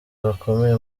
bakomeye